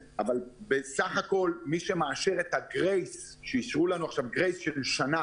בסך הכול, מי שמאשר לנו את הגרייס של שנה